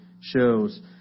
shows